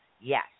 Yes